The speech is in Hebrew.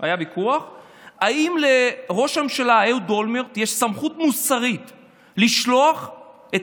אם לראש הממשלה אהוד אולמרט יש סמכות מוסרית לשלוח את